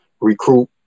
recruit